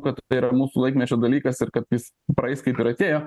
kad tai yra mūsų laikmečio dalykas ir kad jis praeis kaip ir atėjo